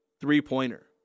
three-pointer